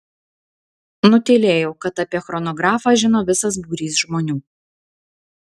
nutylėjau kad apie chronografą žino visas būrys žmonių